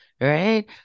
right